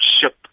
ship